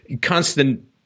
constant